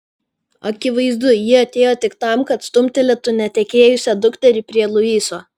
akivaizdu ji atėjo tik tam kad stumtelėtų netekėjusią dukterį prie luiso